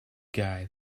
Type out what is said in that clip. guy